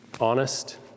honest